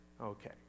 Okay